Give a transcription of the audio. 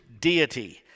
deity